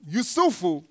Yusufu